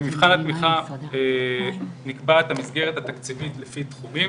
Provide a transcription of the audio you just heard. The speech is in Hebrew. במבחן התמיכה נקבעת המסגרת התקציבית לפי תחומים,